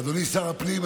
אדוני שר הפנים,